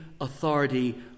authority